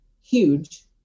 huge